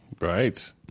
Right